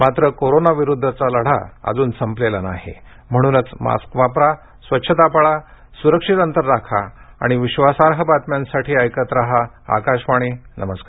मात्र कोरोनाविरुद्धचा लढा अजून संपलेला नाही म्हणूनच मास्क वापरा स्वच्छता पाळा स्रक्षित अंतर राखा आणि विधासार्ह बातम्यांसाठी ऐकत राहा आकाशवाणी नमस्कार